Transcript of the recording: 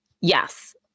Yes